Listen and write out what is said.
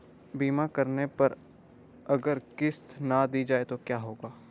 बीमा करने पर अगर किश्त ना दी जाये तो क्या होगा?